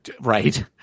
right